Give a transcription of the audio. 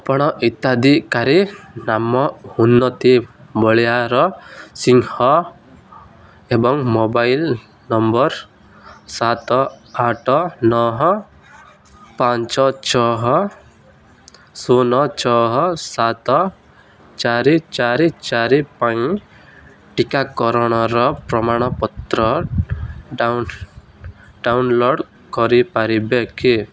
ଆପଣ ହିତାଧିକାରୀ ନାମ ଉନ୍ନତି ବଳିଆରସିଂହ ଏବଂ ମୋବାଇଲ୍ ନମ୍ବର୍ ସାତ ଆଠ ନଅ ପାଞ୍ଚ ଛଅ ଶୂନ ଛଅ ସାତ ଚାରି ଚାରି ଚାରି ପାଇଁ ଟିକାକରଣର ପ୍ରମାଣପତ୍ର ଡାଉନଲୋଡ଼୍ କରିପାରିବେ କି